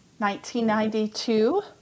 1992